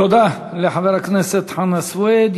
תודה לחבר הכנסת חנא סוייד.